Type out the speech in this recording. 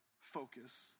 focus